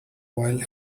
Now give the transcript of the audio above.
while